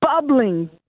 bubbling